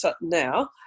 now